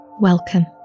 Welcome